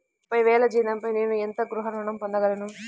ముప్పై వేల జీతంపై నేను ఎంత గృహ ఋణం పొందగలను?